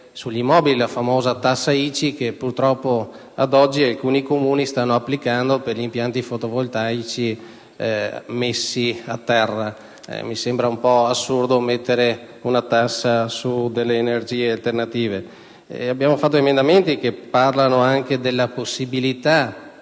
sugli immobili (la famosa ICI), che purtroppo ad oggi alcuni Comuni stanno applicando per gli impianti fotovoltaici messi a terra. Mi sembra un po' assurdo mettere una tassa sulle energie alternative. Abbiamo presentato inoltre alcuni emendamenti che riguardano la possibilità